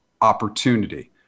opportunity